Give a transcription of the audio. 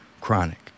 chronic